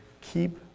keep